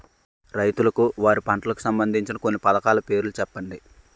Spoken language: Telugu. రైతులకు వారి పంటలకు సంబందించిన కొన్ని పథకాల పేర్లు చెప్పండి?